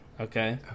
okay